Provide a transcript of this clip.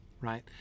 right